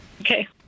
Okay